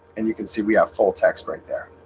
and you can see we have full text right there